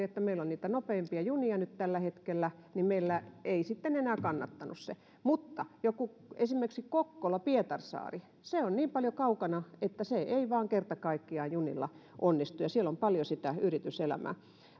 että meillä on niitä nopeimpia junia nyt tällä hetkellä niin että meillä ei sitten enää kannattanut se mutta esimerkiksi kokkola ja pietarsaari ovat niin paljon kaukana että se ei vain kerta kaikkiaan junilla onnistu ja siellä on paljon sitä yrityselämää